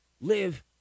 live